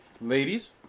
ladies